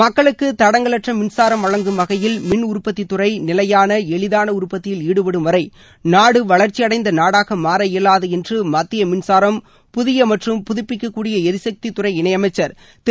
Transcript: மக்களுக்கு தடங்கலற்ற மின்சாரம் வழங்கும் வகையில் மின்உற்பத்தித் துறை நிலையான எளிதான உற்பத்தியில் ஈடுபடும்வரை நாடு வளர்ச்சியடைந்த நாடாக மாற இயலாது என்று மத்திய மின்சாரம் புதிய மற்றும் புதுப்பிக்கக்கூடிய எரிசக்தித் துறை இணையமைச்சர் திரு